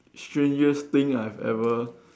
strangest thing I've ever